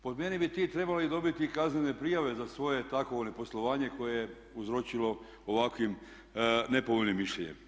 Po meni bi ti trebali dobiti kaznene prijave za svoje takvo neposlovanje koje je uzročilo ovakvim nepovoljnim mišljenjem.